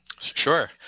Sure